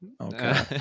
Okay